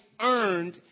earned